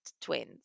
twins